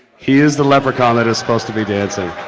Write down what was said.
he is the leprechaun that is supposed to be dancing.